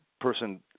person